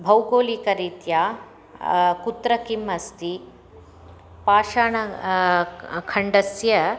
भौगोलिकरीत्या कुत्र किम् अस्ति पाषाण खण्डस्य